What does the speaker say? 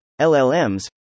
LLMs